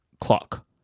clock